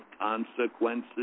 consequences